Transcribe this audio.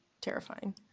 terrifying